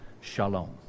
shalom